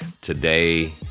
Today